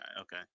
okay